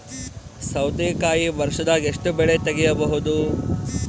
ಸೌತಿಕಾಯಿ ವರ್ಷದಾಗ್ ಎಷ್ಟ್ ಬೆಳೆ ತೆಗೆಯಬಹುದು?